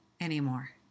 anymore